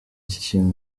ikintu